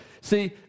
See